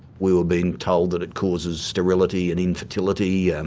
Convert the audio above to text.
we were being told that it causes sterility and infertility, yeah